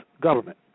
government